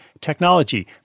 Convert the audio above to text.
technology